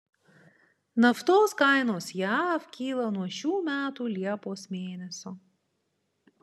naftos kainos jav kyla nuo šių metų liepos mėnesio